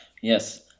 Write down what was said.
yes